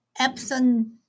Epson